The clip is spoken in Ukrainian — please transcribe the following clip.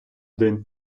день